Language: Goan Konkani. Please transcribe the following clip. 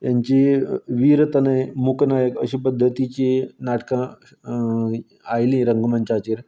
तेंची वीर तनय मुखना एक अशीं पद्दतीचीं नाटकां आयलीं रंगमंचाचेर पूण